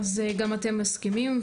אז גם אתם מסכימים.